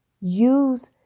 Use